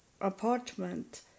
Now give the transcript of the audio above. apartment